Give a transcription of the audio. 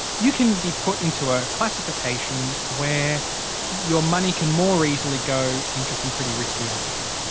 you can be put into a classification where your money can more easily go into some pretty risky assets.